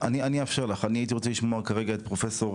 אני אאפשר לך, אני רוצה לשמוע כרגע את פרופ'